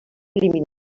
límit